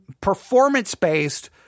performance-based